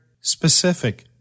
specific